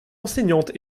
enseignante